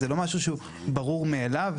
זה לא משהו שהוא ברור מאליו,